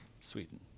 Sweden